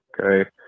Okay